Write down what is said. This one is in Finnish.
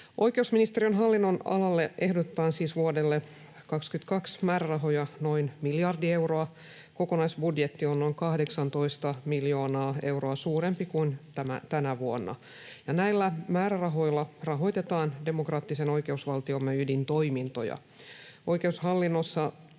Oikeusministeriön hallinnonalalle ehdotetaan siis vuodelle 22 määrärahoja noin miljardi euroa. Kokonaisbudjetti on noin 18 miljoonaa euroa suurempi kuin tänä vuonna. Näillä määrärahoilla rahoitetaan demokraattisen oikeusvaltiomme ydintoimintoja.